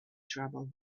trouble